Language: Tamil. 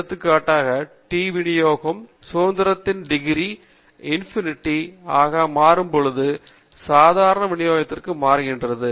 எடுத்துக்காட்டுக்கு T விநியோகம் சுதந்திரத்தின் டிகிரி infinity ஆக மாறும்பொழுது சாதாரண விநியோகத்திற்கு மாறுகிறது